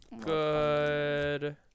good